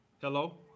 Hello